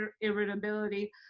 irritability